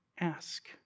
ask